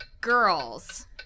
girls